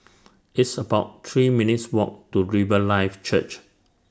It's about three minutes' Walk to Riverlife Church